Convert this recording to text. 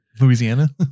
louisiana